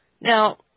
Now